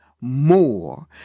more